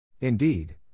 Indeed